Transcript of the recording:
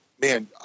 man